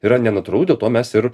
yra nenatūralu dėl to mes ir